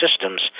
systems